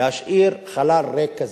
להשאיר חלל ריק כזה.